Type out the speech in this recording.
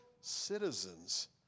citizens